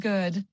Good